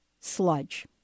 sludge